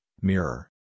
mirror